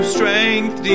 strength